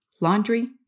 Laundry